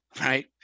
right